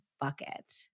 bucket